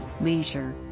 leisure